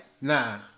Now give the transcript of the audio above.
Nah